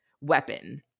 weapon